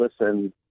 listen